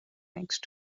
next